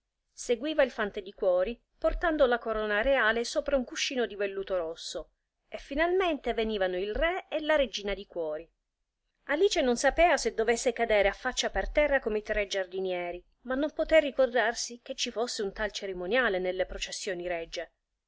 seguiva il fante di cuori portando la corona reale sopra un cuscino di velluto rosso e finalmente venivano il re e la regina di cuori alice non sapea se dovesse cadere a faccia per terra come i tre giardinieri ma non potè ricordarsi che ci fosse un tal cerimoniale nelle processioni regie